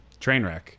Trainwreck